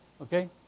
Okay